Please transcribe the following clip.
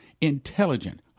intelligent